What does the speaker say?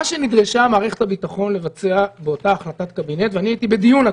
מה שנדרשה מערכת הביטחון לבצע באותה החלטת קבינט והייתי בדיון הקבינט,